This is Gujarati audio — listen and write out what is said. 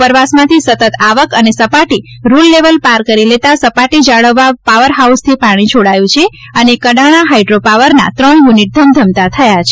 ઉપરવાસમાંથી સતત આવક અને સપાટી રુલ લેવલ પાર કરી લેતાં સપાટી જાળવવા પાવર હાઉસથી પાણી છોડાયું છે અને કડાણા હાઈડ્રો પાવરના ત્રણ યુનિટ ધમધમતાં થયાં છે